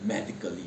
medically